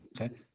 Okay